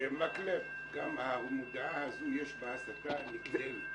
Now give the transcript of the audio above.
מקלב, גם המודעה הזו יש בה הסתה נגדנו.